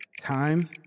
Time